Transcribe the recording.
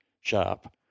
sharp